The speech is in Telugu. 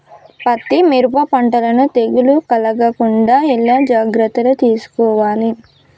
పత్తి మిరప పంటలను తెగులు కలగకుండా ఎలా జాగ్రత్తలు తీసుకోవాలి?